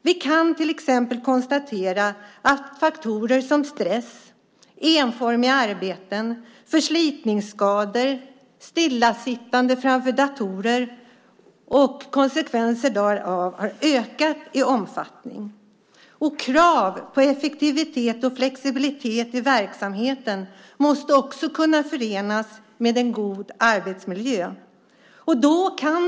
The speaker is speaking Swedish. Vi kan till exempel konstatera att faktorer som stress, enformiga arbeten, förslitningsskador, stillasittande framför datorer och konsekvenser därav har ökat i omfattning. Krav på effektivitet och flexibilitet i verksamheten måste kunna förenas med en god arbetsmiljö.